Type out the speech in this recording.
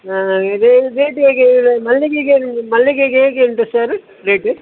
rate ಹೇಗೆ ಹೇಳಿ ಮಲ್ಲಿಗೆಗೆ ಹೇಗೆ ಮಲ್ಲಿಗೆಗೆ ಹೇಗೆ ಉಂಟು ಸರ್ ರೇಟ್